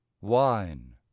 wine